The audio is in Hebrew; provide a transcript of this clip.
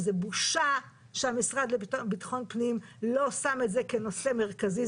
זה בושה שהמשרד לביטחון פנים לא שם את זה כנושא מרכזי.